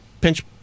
Pinch